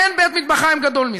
אין בית-מטבחיים גדול מזה.